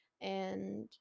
and-